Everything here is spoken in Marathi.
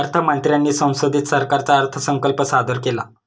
अर्थ मंत्र्यांनी संसदेत सरकारचा अर्थसंकल्प सादर केला